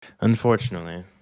Unfortunately